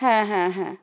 হ্যাঁ হ্যাঁ হ্যাঁ